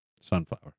sunflower